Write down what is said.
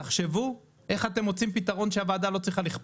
תחשבו איך אתם מוצאים פתרון שהוועדה לא תצטרך לכפות.